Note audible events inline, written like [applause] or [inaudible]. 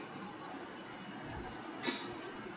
[breath]